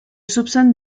soupçonne